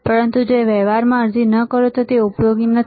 પરંતુ જો તમે વ્યવહારમાં અરજી ન કરો તો તે ઉપયોગી નથી